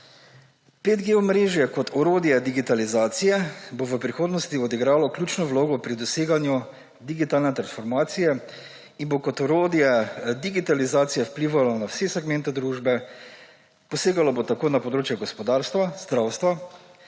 5G omrežje kot orodje digitalizacije bo v prihodnosti odigralo ključno vlogo pri doseganju digitalne transformacije in bo kot orodje digitalizacije vplivalo na vse segmente družbe, posegalo bo tako na področje gospodarstva, zdravstva